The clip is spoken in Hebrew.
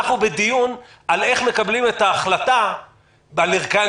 אנחנו בדיון על איך מקבלים את ההחלטה על ערכן